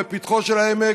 בפתחו של העמק,